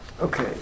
Okay